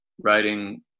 writing